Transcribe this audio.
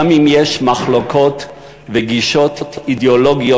גם אם יש מחלוקות וגישות אידיאולוגיות,